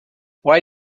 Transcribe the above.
why